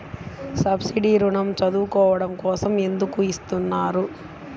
Subsidy ఋణం చదువుకోవడం కోసం ఎందుకు ఇస్తున్నారు?